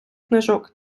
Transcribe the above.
книжок